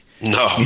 No